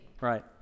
Right